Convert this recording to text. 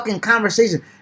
conversation